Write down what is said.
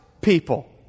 people